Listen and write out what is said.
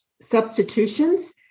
substitutions